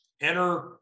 enter